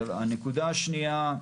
הנקודה השנייה,